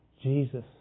Jesus